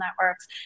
networks